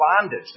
bondage